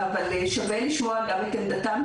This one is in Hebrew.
אבל שווה לשמוע גם כן את עמדתם,